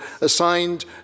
assigned